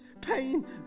pain